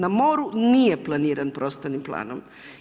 Na moru nije planiran prostornim planom.